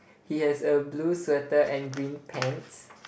he has a blue sweater and green pants